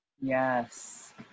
Yes